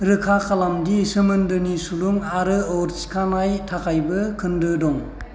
रोखा खालामदि सोमोन्दोनि सुलुं आरो अर थिखानायनि थाखायबो खोन्दो दं